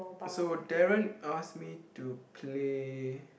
so Darren asked me to play